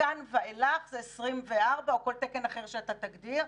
מכאן ואילך זה 24 או כל תקן אחר שאתה תגדיר.